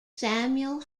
samuel